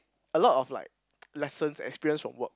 a lot of like lessons experience from work